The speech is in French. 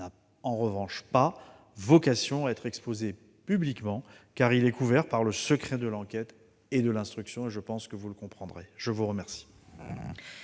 n'a pas vocation à être exposé publiquement, car il est couvert par le secret de l'enquête et de l'instruction. Je pense que vous le comprendrez. La parole